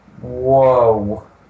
Whoa